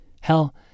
Hell